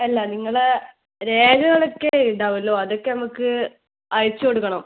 അല്ല നിങ്ങള് രേഖകളൊക്കെ ഉണ്ടാകുമല്ലൊ അതൊക്കെ നമുക്ക് അയച്ച് കൊടുക്കണം